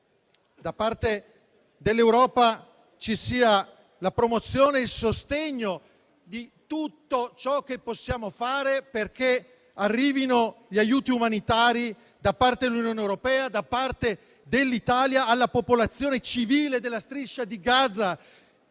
da parte dell'Europa ci siano la promozione e il sostegno di tutto ciò che possiamo fare perché arrivino gli aiuti umanitari da parte dell'Unione europea e da parte dell'Italia alla popolazione civile della Striscia di Gaza.